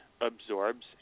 absorbs